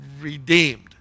redeemed